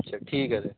अच्छा ठीक आहे देन